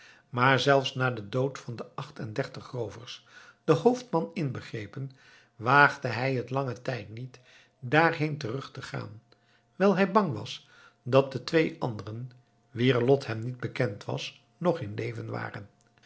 maar zelfs na den dood van de acht en dertig roovers den hoofdman inbegrepen waagde hij het langen tijd niet daarheen terug te gaan wijl hij bang was dat de twee anderen wier lot hem niet bekend was nog in leven waren